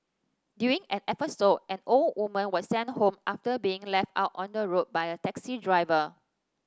during an episode an old woman was sent home after being left out on the road by a taxi driver